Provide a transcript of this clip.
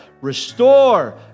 restore